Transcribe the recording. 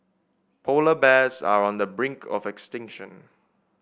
polar bears are on the brink of extinction